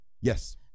Yes